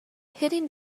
hitting